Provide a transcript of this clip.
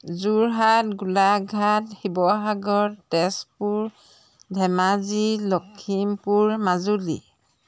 Jorhat Golaghat Sivasagar Tezpur Dhemaji Lakhimpur Majuli